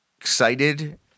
excited